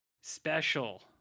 special